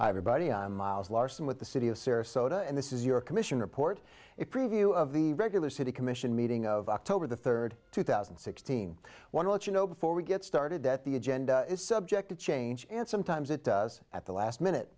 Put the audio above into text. i have a buddy i'm miles larson with the city of sarasota and this is your commission report it preview of the regular city commission meeting of october the third two thousand and sixteen want to let you know before we get started that the agenda is subject to change and sometimes it does at the last minute